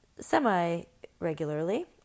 semi-regularly